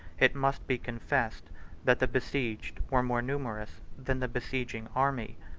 it must be confessed that the besieged were more numerous than the besieging army.